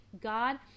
God